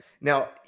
Now